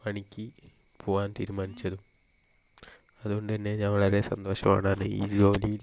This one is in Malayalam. പണിക്ക് പോകാൻ തീരുമാനിച്ചതും അതുകൊണ്ടുതന്നെ ഞാൻ വളരെ സന്തോഷവാനാണ് ഈ ജോലിയിൽ